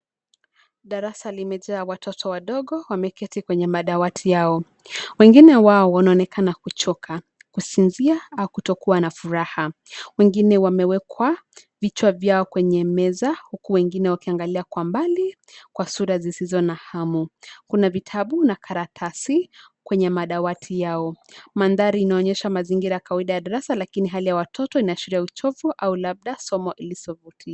Darasa limejaa watoto wadogo wameketi kwenye madawati yao. Wengine wao wanaonekana kuchoka, kusinzia au kutokua na furaha. Wengine wameweka vichwa vyao kwenye meza, huku wengine wakiangalia kwa mbali kwa sura zisizo na hamu. Kuna vitabu na karatasi kwenye madawati yao. Mandhari inaonyesha mazingira ya kawaida ya darasa lakini hali ya watoto inaashiria uchovu au labda somo lisovutia.